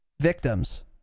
victims